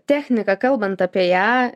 techniką kalbant apie ją